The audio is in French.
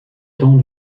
temps